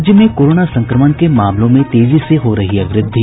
राज्य में कोरोना संक्रमण के मामलों में तेजी से हो रही है वृद्धि